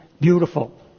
beautiful